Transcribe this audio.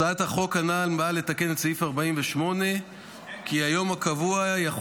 הצעת החוק הנ"ל באה לתקן את סעיף 48 כך שהיום הקובע יכול